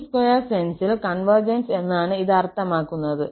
മീൻ square സെൻസിൽ convergence എന്നാണ് ഇത് അർത്ഥമാക്കുന്നത്